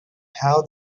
how